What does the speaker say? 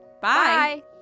Bye